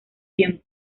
tiempo